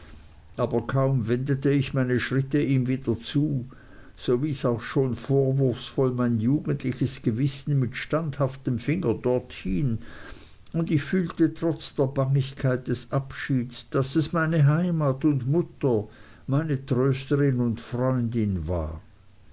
aber kaum wendete ich meine stritte ihm wieder zu so wies auch schon vorwurfsvoll mein jugendliches gewissen mit standhaftem finger dorthin und ich fühlte trotz der bangigkeit des abschieds daß es meine heimat und mutter meine trösterin und freundin war